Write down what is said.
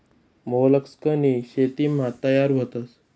मोलस्कनी शेतीमा तयार व्हतस